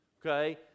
Okay